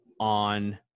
on